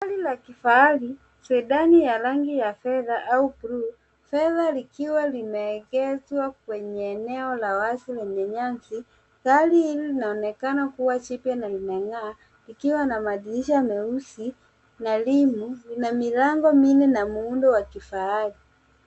Gari la kifahari, Sedani ya rangi ya fedha au blue , fedha likiwa limeegezwa kwenye eneo la wazi lenye nyasi. Gari hili linaonekana kuwa jipya na limeng'aa, likiwa na madirisha myeusi na rimu na milango minne na muundo wa kifahari.